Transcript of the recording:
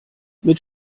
mit